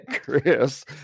Chris